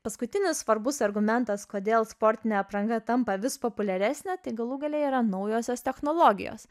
paskutinis svarbus argumentas kodėl sportinė apranga tampa vis populiaresnė tai galų gale yra naujosios technologijos